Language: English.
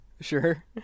Sure